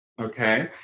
okay